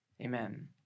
Amen